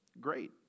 Great